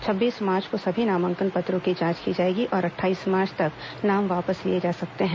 छब्बीस मार्च को सभी नामांकन पत्रों की जांच की जाएगी और अट्ठाईस मार्च तक नाम वापस लिए जा सकते हैं